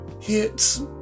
hits